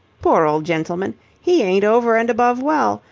poor old gentleman, he ain't over and above well.